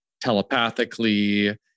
telepathically